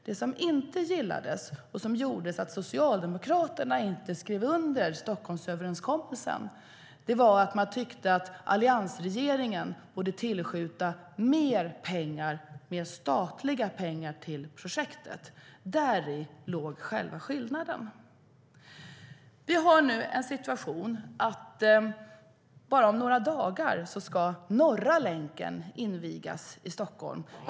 Det som inte gillades, och som gjorde att Socialdemokraterna inte skrev under Stockholmsöverenskommelsen, var att man tyckte att alliansregeringen borde tillskjuta mer statliga pengar till projektet. Däri låg själva skillnaden. Redan om några dagar ska Norra länken i Stockholm invigas.